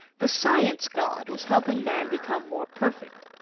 the science god was helping man become more perfect.